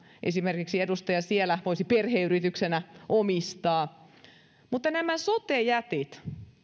esimerkiksi edustaja siellä voisi perheyrityksenä omistaa mutta nämä sote jätit